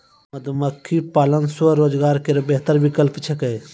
मधुमक्खी पालन स्वरोजगार केरो बेहतर विकल्प छिकै